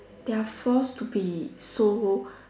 they are forced to be so